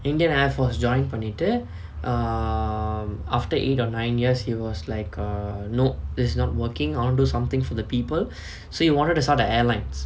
indian air force joined பண்ணிட்டு:pannittu err after eight or nine years he was like err nop that's not working I want to do something for the people so he wanted to start the airline